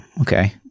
okay